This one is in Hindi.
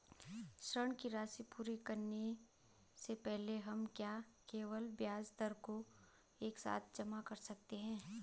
ऋण की राशि पूरी करने से पहले हम क्या केवल ब्याज दर को एक साथ जमा कर सकते हैं?